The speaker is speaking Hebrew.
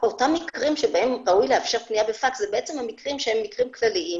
אותם מקרים בהם ראוי לאפשר פניה בפקס הם בעצם המקרים שהם מקרים כלליים,